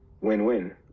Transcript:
win-win